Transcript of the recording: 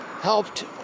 helped